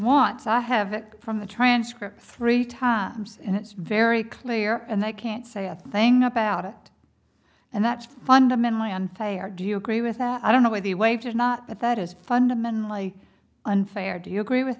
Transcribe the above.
to have it from the transcript three times and it's very clear and they can't say a thing about it and that's fundamentally unfair do you agree with that i don't know why the waves are not but that is fundamentally unfair do you agree with